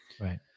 right